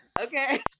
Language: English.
Okay